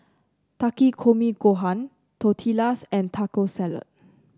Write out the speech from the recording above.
Takikomi Gohan Tortillas and Taco Salad